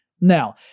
Now